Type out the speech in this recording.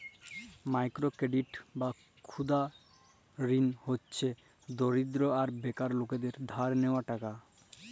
micro credit বা ক্ষুদা ঋল হছে দরিদ্র আর বেকার লকদের ধার লিয়া টাকা